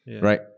Right